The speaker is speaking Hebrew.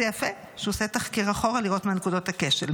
זה יפה שהוא עושה תחקיר אחורה לראות מה נקודות הכשל.